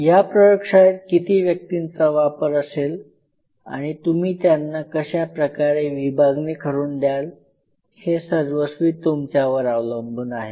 या प्रयोगशाळेत किती व्यक्तींचा वापर असेल आणि तुम्ही त्यांना कशा प्रकारे विभागणी करून द्याल हे सर्वस्वी तुमच्यावर अवलंबून आहे